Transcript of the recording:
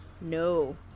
no